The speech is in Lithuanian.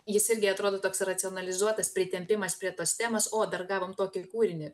jis irgi atrodo toks racionalizuotas pritempimas prie tos temos o dar gavom tokį kūrinį